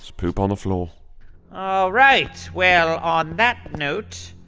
poop on the floor. all right well, on that note.